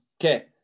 Okay